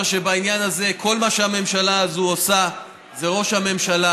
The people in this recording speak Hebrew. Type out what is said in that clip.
ואני אומר שבעניין הזה כל מה שהממשלה הזאת עושה זה ראש הממשלה,